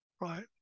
right